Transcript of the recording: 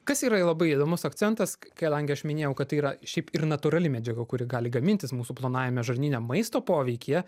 kas yra labai įdomus akcentas kadangi aš minėjau kad tai yra šiaip ir natūrali medžiaga kuri gali gamintis mūsų plonajame žarnyne maisto poveikyje